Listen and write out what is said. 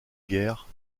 guerre